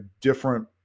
different